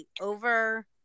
over